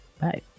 Bye